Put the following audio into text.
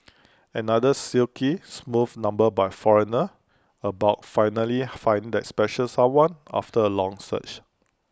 another silky smooth number by foreigner about finally finding that special someone after A long search